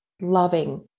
loving